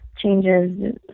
changes